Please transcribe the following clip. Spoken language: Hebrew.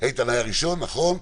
איתן היה הראשון, נכון.